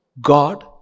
God